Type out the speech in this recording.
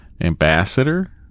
ambassador